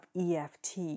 EFT